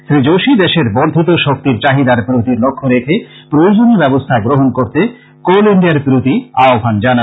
শ্রী যোশী দেশের বর্ধিত শক্তির চাহিদার প্রতি লক্ষ্য রেখে প্রয়োজনীয় ব্যবস্থা গ্রহণ করতে কোল ইন্ডিয়ার প্রতি আহ্বান জানান